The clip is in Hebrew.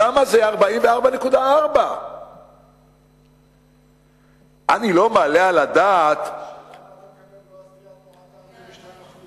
שם זה 44.4%. השאלה היא אם אתה מקבל באוסטריה 42% מים וחשמל,